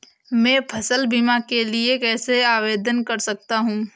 मैं फसल बीमा के लिए कैसे आवेदन कर सकता हूँ?